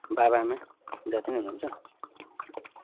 बाबाआमा जाती नै हुनुहुन्छ